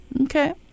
Okay